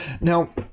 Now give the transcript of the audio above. Now